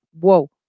Whoa